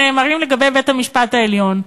שנאמרים על בית-המשפט העליון.